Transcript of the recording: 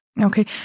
Okay